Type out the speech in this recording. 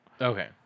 Okay